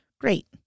Great